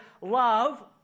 love